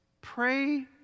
pray